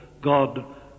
God